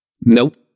Nope